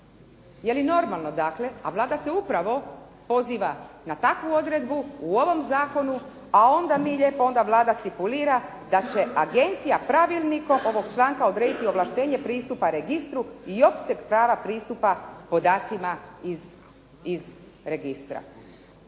Je li normalno dakle, a Vlada se upravo poziva na takvu odredbu u ovom zakonu, a onda mi lijepo, onda Vlada stipulira da će agencija pravilnikom ovog članka odrediti ovlaštenje pristupa registru i opseg prava pristupa podacima iz registra.